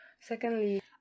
Secondly